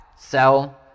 sell